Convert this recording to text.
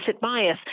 bias